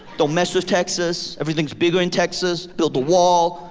don't mess with texas. everything's bigger in texas. build a wall.